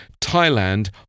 Thailand